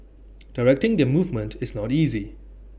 directing their movement is not easy